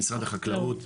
משרד החקלאות,